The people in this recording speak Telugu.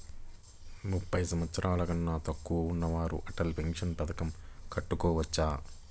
ముప్పై సంవత్సరాలకన్నా తక్కువ ఉన్నవారు అటల్ పెన్షన్ పథకం కట్టుకోవచ్చా?